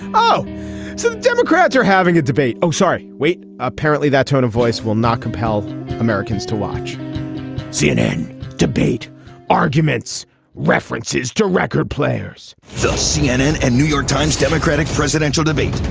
oh so the democrats are having a debate. oh sorry. wait. apparently that tone of voice will not compel americans to watch cnn debate arguments references to record players so cnn and york times democratic presidential debate.